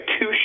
two